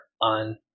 on